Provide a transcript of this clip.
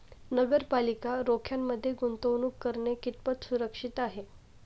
नगरपालिका रोख्यांमध्ये गुंतवणूक करणे कितपत सुरक्षित आहे?